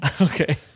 okay